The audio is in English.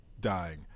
dying